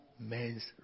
Men's